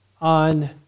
on